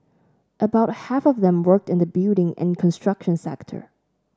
about half of them worked in the building and construction sector